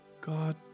God